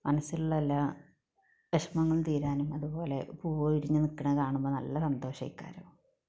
മനസിലുള്ള എല്ലാ വിഷമങ്ങളും തീരാനും അതുപോലെ പൂവ് വിരിഞ്ഞ് നിൽക്കുന്നത് കാണുമ്പോൾ നല്ല സന്തോഷമാകാനും